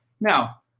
Now